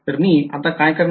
तर मी आता काय करणार आहे